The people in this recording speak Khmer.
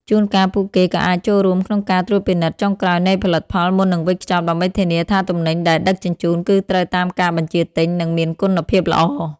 ជួនកាលពួកគេក៏អាចចូលរួមក្នុងការត្រួតពិនិត្យចុងក្រោយនៃផលិតផលមុននឹងវេចខ្ចប់ ដើម្បីធានាថាទំនិញដែលដឹកជញ្ជូនគឺត្រូវតាមការបញ្ជាទិញ និងមានគុណភាពល្អ។